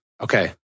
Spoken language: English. Okay